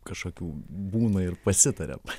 kažkokių būna ir pasitariam